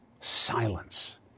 Silence